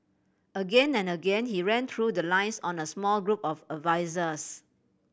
again and again he ran through the lines on a small group of advisers